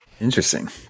interesting